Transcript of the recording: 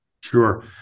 Sure